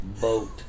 boat